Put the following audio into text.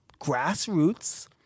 grassroots